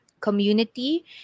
Community